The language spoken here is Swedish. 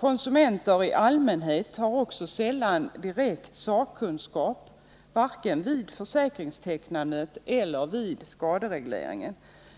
Konsumenter i allmänhet har också sällan direkt sakkunskap, vare sig vid försäkringstecknandet eller vid skaderegleringen.